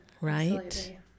right